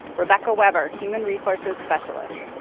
rebeccah weber, human resources specialist.